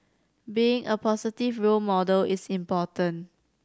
being a positive role model is important